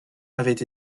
avait